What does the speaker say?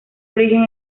origen